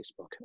Facebook